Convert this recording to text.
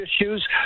issues